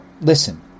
listen